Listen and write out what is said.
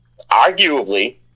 arguably